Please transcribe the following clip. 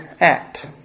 act